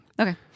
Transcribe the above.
Okay